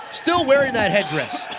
still wearing that headress